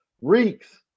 reeks